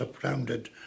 surrounded